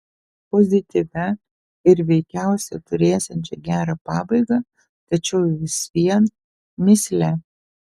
pozityvia ir veikiausia turėsiančia gerą pabaigą tačiau vis vien mįsle